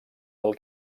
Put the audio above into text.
del